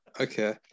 okay